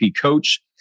Coach